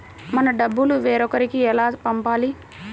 మన డబ్బులు వేరొకరికి ఎలా పంపాలి?